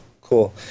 cool